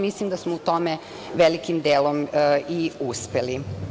Mislim da smo u tome i velikim delom uspeli.